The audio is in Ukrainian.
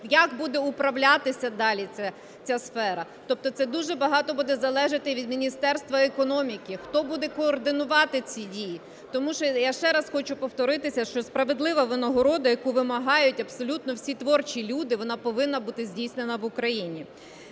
як буде управлятися далі ця сфера. Тобто це дуже багато буде залежати від Міністерства економіки, хто буде координувати ці дії. Тому що, я ще раз хочу повторитися, що справедлива винагорода, яку вимагають абсолютно всі творчі люди, вона повинна бути здійснена в Україні.